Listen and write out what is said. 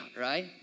right